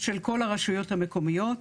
של כל הרשויות המקומיות.